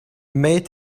made